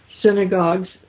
Synagogues